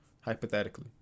Hypothetically